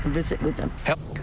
visit with them helped.